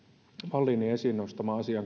wallinin esiin nostama asia